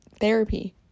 therapy